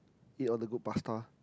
eat all the good pasta